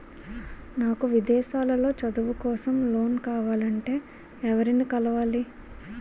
నాకు విదేశాలలో చదువు కోసం లోన్ కావాలంటే ఎవరిని కలవాలి?